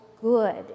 good